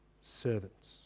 servants